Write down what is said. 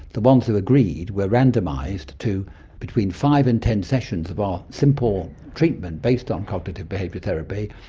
the ones who agreed were randomised to between five and ten sessions of our simple treatment based on cognitive behavioural therapy,